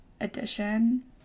edition